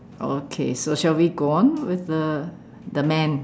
okay so shall we go on with the the man